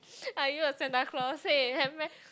are you a Santa-Claus hey have meh